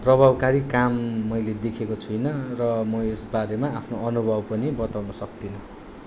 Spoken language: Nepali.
प्रभावकारी काम मैले देखेको छुइनँ र म यसबारेमा आफ्नो अनुभव पनि बताउन सक्तिनँ